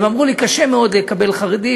הם אמרו לי: קשה מאוד לקבל חרדי,